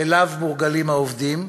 שהעובדים מורגלים לו,